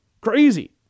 Crazy